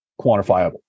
quantifiable